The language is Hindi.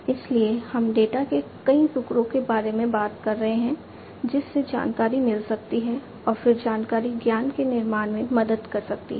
इसलिए हम डेटा के कई टुकड़ों के बारे में बात कर रहे हैं जिससे जानकारी मिल सकती है और फिर जानकारी ज्ञान के निर्माण में मदद कर सकती है